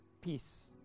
peace